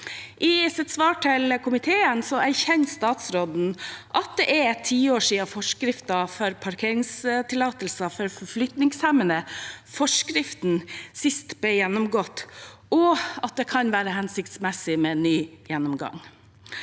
I sitt svar til komiteen erkjenner statsråden at det er et tiår siden forskriften om parkeringstillatelse for forflytningshemmede sist ble gjennomgått, og at det kan være hensiktsmessig med en ny gjennomgang.